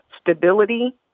stability